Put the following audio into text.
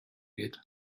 geht